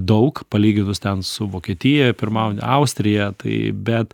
daug palyginus ten su vokietija pirmauja austrija tai bet